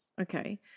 Okay